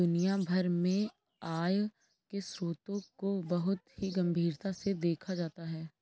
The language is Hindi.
दुनिया भर में आय के स्रोतों को बहुत ही गम्भीरता से देखा जाता है